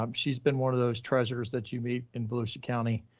um she's been one of those treasures that you meet in volusia county,